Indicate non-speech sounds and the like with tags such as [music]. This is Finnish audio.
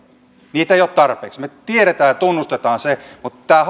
niitä ei ole tarpeeksi me tiedämme ja tunnustamme sen mutta tämä [unintelligible]